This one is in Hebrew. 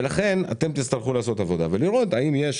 לכן אתם תצטרכו לעשות עבודה ולראות האם יש